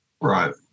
Right